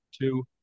two